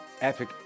Epic